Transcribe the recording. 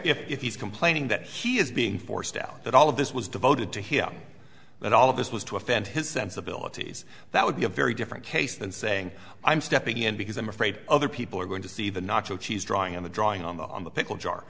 crowder if he's complaining that he is being forced out that all of this was devoted to him that all of this was to offend his sensibilities that would be a very different case than saying i'm stepping in because i'm afraid other people are going to see the nacho cheese drawing of a drawing on the pickle jar